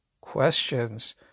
Questions